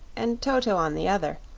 and toto on the other,